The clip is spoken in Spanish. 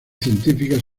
científicas